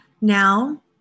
Now